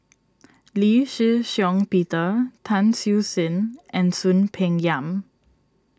Lee Shih Shiong Peter Tan Siew Sin and Soon Peng Yam